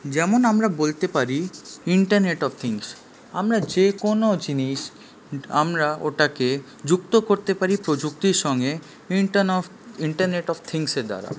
যেমন আমরা বলতে পারি ইন্টারনেট অফ থিঙ্কস আমরা যেকোনও জিনিস আমরা ওটাকে যুক্ত করতে পারি প্রযুক্তির সঙ্গে ইন্টারনেট অফ থিঙ্কসের দ্বারা